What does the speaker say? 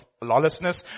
lawlessness